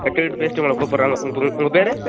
ஹெச்ஓடியோடு பேசிவிட்டு உங்களை கூப்பிடுறேன் உங்கள் பேர்